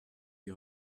die